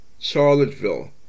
Charlottesville